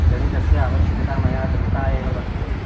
गणितस्य आवश्यकता मया दृष्टा एव वर्तते